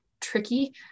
tricky